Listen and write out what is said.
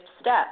step